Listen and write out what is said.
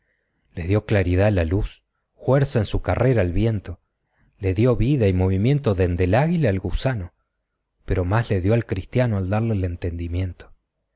le dio claridá a la luz juerza en su carrera al viento le dio vida y movimiento dende la águila al gusano pero más le dio al cristiano al darle el entendimiento